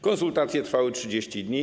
Konsultacje trwały 30 dni.